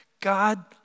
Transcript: God